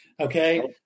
Okay